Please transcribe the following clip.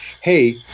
hey –